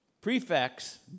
prefects